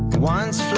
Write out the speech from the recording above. once!